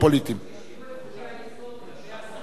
נהייתי אפיקורוס ביחס לחוקי-היסוד.